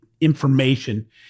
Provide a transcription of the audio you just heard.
information